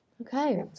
Okay